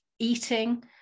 Eating